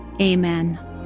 Amen